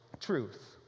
Truth